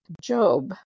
job